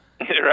Right